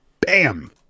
bam